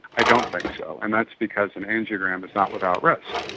i don't think so, and that's because an angiogram is not without risk.